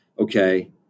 okay